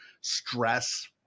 stress